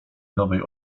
nowej